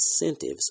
incentives